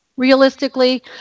Realistically